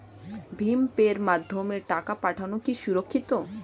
ভিম পের মাধ্যমে টাকা পাঠানো কি সুরক্ষিত?